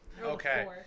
Okay